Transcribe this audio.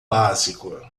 básico